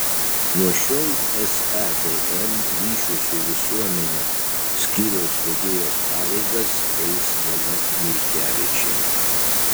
nuo šiol sadm ryšių su visuomene skyriaus vedėjos pareigas eis dalia milkevičienė